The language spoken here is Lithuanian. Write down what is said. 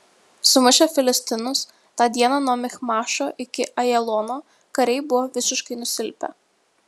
sumušę filistinus tą dieną nuo michmašo iki ajalono kariai buvo visiškai nusilpę